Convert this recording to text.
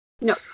No